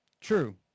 True